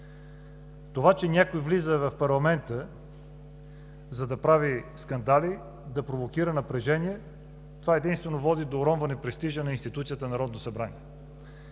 Това, че някой влиза в парламента, за да прави скандали, да провокира напрежение, единствено води до уронване престижа на институцията Народно събрание.